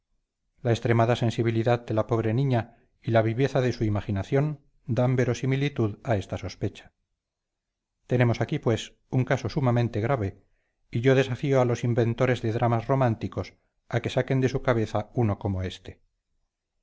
miedo la extremada sensibilidad de la pobre niña y la viveza de su imaginación dan verosimilitud a esta sospecha tenemos aquí pues un caso sumamente grave y yo desafío a los inventores de dramas románticos a que saquen de su cabeza uno como este